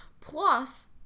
plus